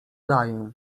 daję